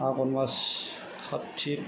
आघोन मास थाक थिक